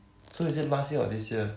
so is it last year or this year